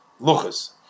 Luchas